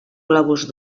globus